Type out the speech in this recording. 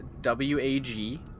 W-A-G